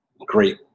great